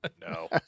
No